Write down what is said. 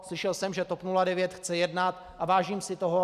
Slyšel jsem, že TOP 09 chce jednat, a vážím si toho.